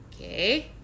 Okay